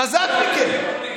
חזק מכם.